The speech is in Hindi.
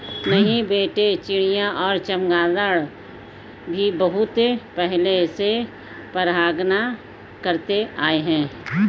नहीं बेटे चिड़िया और चमगादर भी बहुत पहले से परागण करते आए हैं